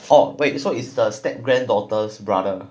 oh wait so it's the step-granddaughter's brother